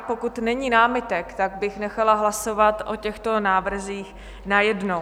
Pokud není námitek, tak bych nechala hlasovat o těchto návrzích najednou.